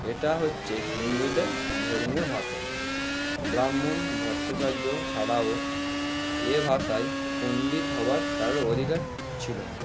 এটা হচ্ছে হিন্দুদের ধর্মীয় ভাষা ব্রাহ্মণ ভট্টাচার্য ছাড়াও এ ভাষায় পণ্ডিত হওয়ার কারোর অধিকার ছিলো না